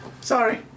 Sorry